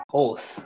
Horse